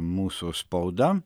mūsų spauda